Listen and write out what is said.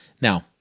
Now